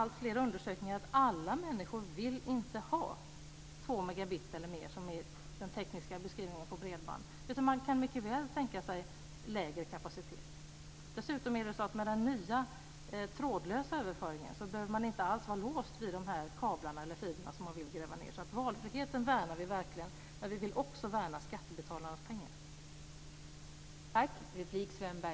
Alltfler undersökningar visar att alla människor inte vill ha 2 megabit eller mer, som är den tekniska beskrivningen på bredband, utan att de mycket väl kan tänka sig lägre kapacitet. Med den nya trådlösa överföringen behöver man dessutom inte vara låst vid dessa kablar eller fiber som man vill gräva ned. Vi värnar alltså verkligen om valfriheten. Men vi vill också värna om skattebetalarnas pengar.